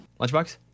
Lunchbox